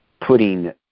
putting